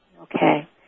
Okay